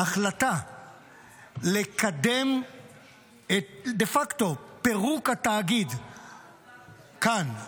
החלטה לקדם דה פקטו את פירוק התאגיד כאן,